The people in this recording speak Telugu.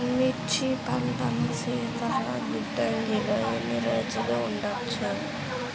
మిర్చి పంటను శీతల గిడ్డంగిలో ఎన్ని రోజులు ఉంచవచ్చు?